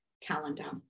calendar